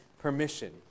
permission